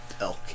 elk